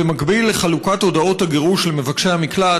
במקביל לחלוקת הודעות הגירוש למבקשי המקלט,